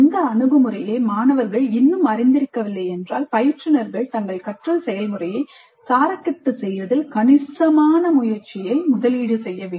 இந்த அணுகுமுறையை மாணவர்கள் இன்னும் அறிந்திருக்கவில்லை என்றால் பயிற்றுனர்கள் தங்கள் கற்றல் செயல்முறையை சாரக்கட்டு செய்வதில் கணிசமான முயற்சியை முதலீடு செய்ய வேண்டும்